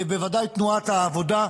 ותנועת העבודה,